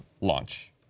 launch